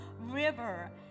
river